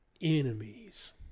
enemies